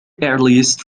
earliest